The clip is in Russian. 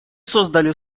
создали